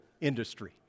industry